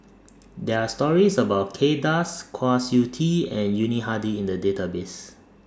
There Are stories about Kay Das Kwa Siew Tee and Yuni Hadi in The Database